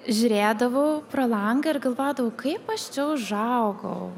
žiūrėdavau pro langą ir galvodavau kaip aš čia užaugau